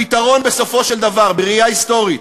הפתרון בסופו של דבר, בראייה היסטורית,